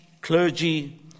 clergy